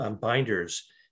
binders